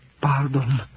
pardon